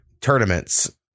tournaments